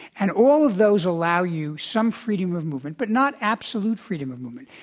and all of those allow you some freedom of movement, but not absolute freedom of movement.